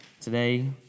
Today